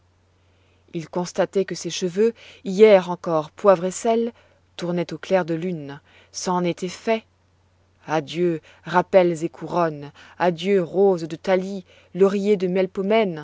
il constatait que ses cheveux hier encore poivre et sel tournaient au clair de lune c'en était fait adieu rappels et couronnes adieu roses de thalie lauriers de